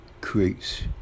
creates